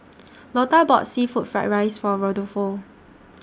Lotta bought Seafood Fried Rice For Rudolfo